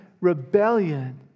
rebellion